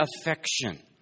affection